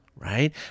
right